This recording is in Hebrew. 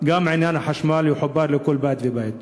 אלא שגם החשמל יחובר לכל בית ובית.